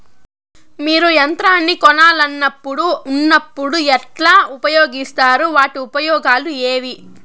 మీరు యంత్రాన్ని కొనాలన్నప్పుడు ఉన్నప్పుడు ఎట్లా ఉపయోగిస్తారు వాటి ఉపయోగాలు ఏవి?